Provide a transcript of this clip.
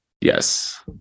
yes